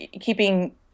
keeping